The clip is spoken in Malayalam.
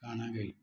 കാണാൻ കഴിയും